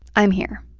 i'm here